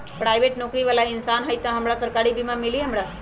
Private नौकरी बाला इंसान हई त हमरा सरकारी बीमा मिली हमरा?